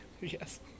yes